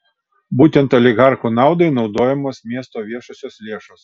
būtent oligarchų naudai naudojamos miesto viešosios lėšos